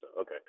Okay